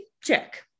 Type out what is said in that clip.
Check